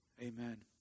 Amen